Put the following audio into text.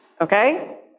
Okay